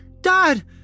Dad